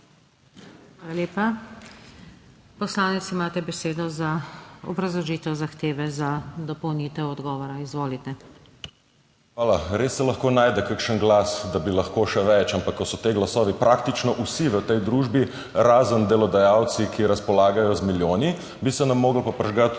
Hvala. Res se lahko najde kakšen glas, da bi lahko še več. Ampak ko so ti glasovi praktično vsi v tej družbi, razen delodajalci, ki razpolagajo z milijoni, bi se nam pa morali prižgati